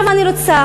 אני רוצה